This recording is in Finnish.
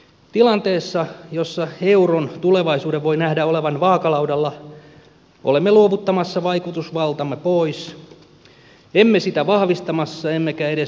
tilanteessa jossa euron tulevaisuuden voi nähdä olevan vaakalaudalla olemme luovuttamassa vaikutusvaltamme pois emme sitä vahvistamassa emmekä edes säilyttämässä